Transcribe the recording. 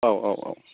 औ औ औ